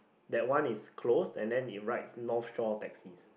that one is closed and then it writes North-Shore taxis